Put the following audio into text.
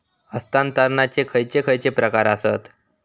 हस्तांतराचे खयचे खयचे प्रकार आसत?